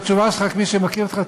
כמי שמכיר אותך,